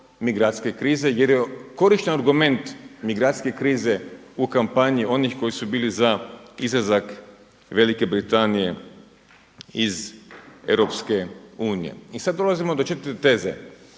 migracijske krize jer je korišten argument migracijske krize u kampanji onih koji su bili za izlazak UK iz EU. I sada dolazimo do četvrte teze,